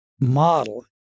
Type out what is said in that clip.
model